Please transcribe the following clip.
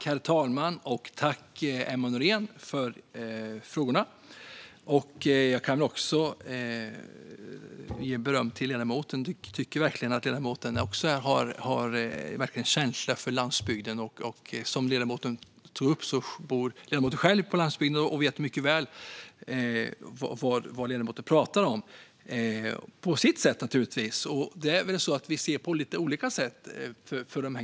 Herr talman! Jag tackar Emma Nohrén för frågorna. Jag kan också ge beröm till ledamoten. Jag tycker verkligen att ledamoten har en känsla för landsbygden. Ledamoten bor själv på landsbygden och vet mycket väl vad hon pratar om - på sitt sätt, naturligtvis. Vi ser på dessa frågor på lite olika sätt.